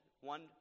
One